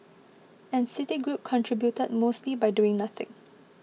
and Citigroup contributed mostly by doing nothing